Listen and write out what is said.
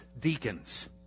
deacons